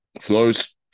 Flows